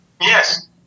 Yes